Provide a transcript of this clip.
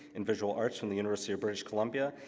in visual arts from the university of british columbia,